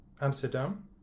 Amsterdam